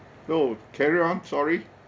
no carry on sorry